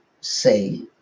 say